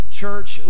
church